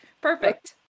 Perfect